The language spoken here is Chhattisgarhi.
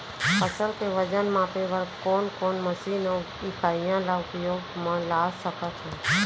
फसल के वजन मापे बर कोन कोन मशीन अऊ इकाइयां ला उपयोग मा ला सकथन?